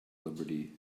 liberty